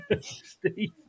Steve